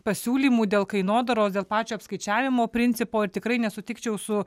pasiūlymų dėl kainodaros dėl pačio apskaičiavimo principo ir tikrai nesutikčiau su